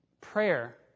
prayer